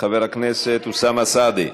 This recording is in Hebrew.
חבר הכנסת אוסאמה סעדי,